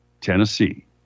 Tennessee